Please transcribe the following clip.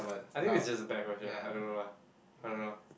I think it's just a bad question lah I don't know lah I don't know